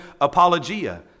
apologia